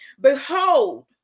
behold